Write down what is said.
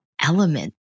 element